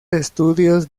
estudios